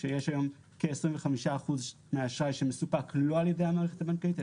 כשיש היום כ 25% מהאשראי שמסופק לא על ידי המערכת הבנקאית,